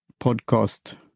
podcast